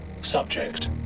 Subject